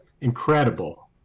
incredible